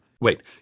Wait